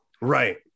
right